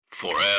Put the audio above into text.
Forever